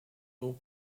hauts